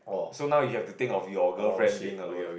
so now you have to think of your girlfriend being alone